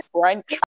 French